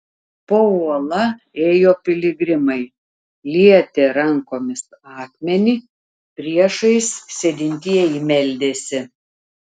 po uola ėjo piligrimai lietė rankomis akmenį priešais sėdintieji meldėsi